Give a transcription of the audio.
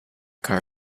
car